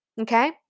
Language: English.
Okay